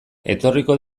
etorriko